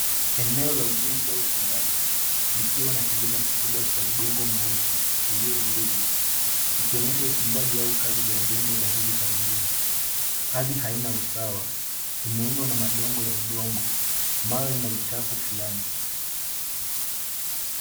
Eneo la ujenzi, au uchimbaji, likiwa na kilima kikubwa cha udongo mweusi, uliovurugwa, ikionyesha uchimbaji au kazi za udongo za hivi karibuni. Ardhi haina usawa, imeundwa na madongo ya udongo, mawe na uchafu fulani.